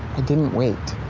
i didn't wait.